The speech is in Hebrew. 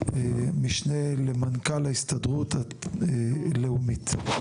משנה למנכ״ל ההסתדרות הלאומית.